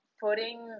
putting